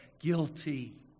guilty